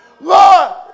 Lord